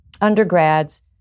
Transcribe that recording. undergrads